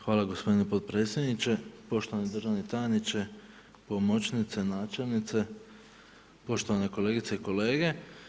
Hvala gospodine potpredsjedniče, poštovani državni tajniče, pomoćnice, načelnice, poštovane kolegice i kolege.